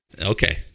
Okay